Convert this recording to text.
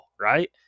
right